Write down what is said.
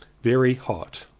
very hot.